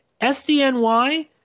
SDNY